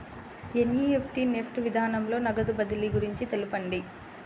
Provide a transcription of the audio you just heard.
NEFT NEFT విధానంలో నగదు బదిలీ గురించి తెలుపండి?